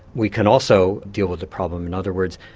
we can also deal with the problem. in other words,